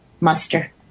muster